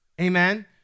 Amen